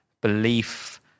belief